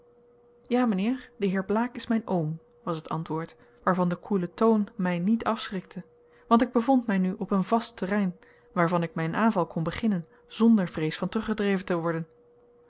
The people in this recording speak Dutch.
ja mijnheer de heer blaek is mijn oom was het antwoord waarvan de koele toon mij niet afschrikte want ik bevond mij nu op een vast terrein waarvan ik mijn aanval kon beginnen zonder vrees van teruggedreven te worden